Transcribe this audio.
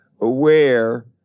aware